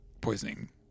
poisoning